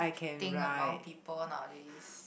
thing among people nowadays